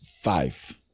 five